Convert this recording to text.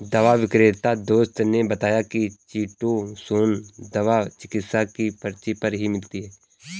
दवा विक्रेता दोस्त ने बताया की चीटोसोंन दवा चिकित्सक की पर्ची पर ही मिलती है